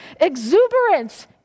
exuberance